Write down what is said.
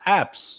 apps